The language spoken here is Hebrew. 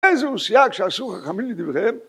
איזה הוא סייג שעשו חכמים לדבריהם